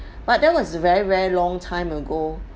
but that was very very long time ago